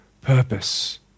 purpose